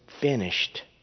finished